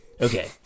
Okay